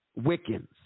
Wiccans